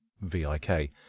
v-i-k